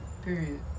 Period